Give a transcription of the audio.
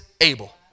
able